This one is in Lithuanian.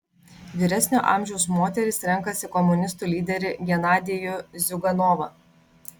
vyresnio amžiaus moterys renkasi komunistų lyderį genadijų ziuganovą